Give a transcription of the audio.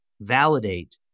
validate